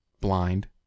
blind